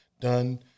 done